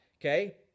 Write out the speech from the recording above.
Okay